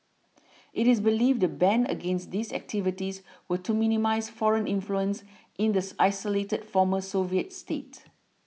it is believed the ban against these activities were to minimise foreign influence in this isolated former Soviet state